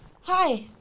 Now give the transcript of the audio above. Hi